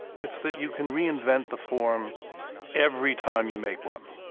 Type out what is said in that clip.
it's that you can reinvent the form every time you make one.